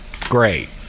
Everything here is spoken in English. great